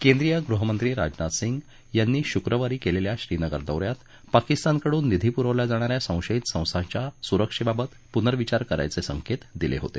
केंद्रीय गृहमंत्री राजनाथ सिंग यांनी शुक्रवारी केलेल्या श्रीनगर दौऱ्यात पाकिस्तानकडून निधी पुरवल्या जाणाऱ्या संशयित संस्थांच्या सुरक्षेबाबत पुनर्विचार करायचे संकेत दिले होते